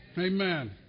Amen